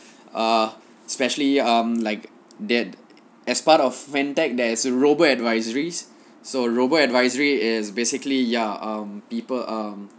uh specially um like that as part of fintech there is robo-advisories so robo-advisory is basically ya um people um